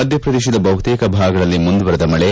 ಮಧ್ಯಪ್ರದೇಶದ ಬಹುತೇಕ ಭಾಗಗಳಲ್ಲಿ ಮುಂದುವರೆದ ಮಳೆ